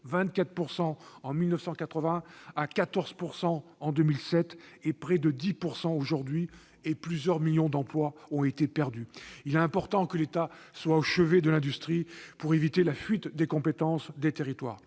24 % en 1980 à 14 % en 2007 et à environ 10 % aujourd'hui ; plusieurs millions d'emplois ont été perdus. Il est important que l'État soit au chevet de l'industrie pour éviter la fuite des compétences des territoires.